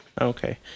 Okay